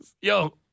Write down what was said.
Yo